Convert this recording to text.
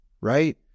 right